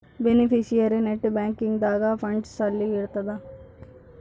beneficiary net banking ದಾಗ funds ಅಲ್ಲಿ ಇರ್ತದ